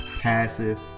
Passive